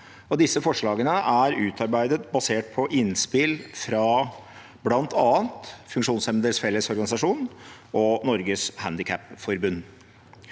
Disse forslagene er utar beidet basert på innspill fra bl.a. Funksjonshemmedes Fellesorganisasjon og Norges Handikapforbund.